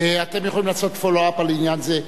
אתם יכולים לעשות follow-up על עניין זה.